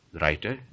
Writer